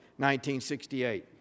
1968